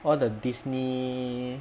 all the disney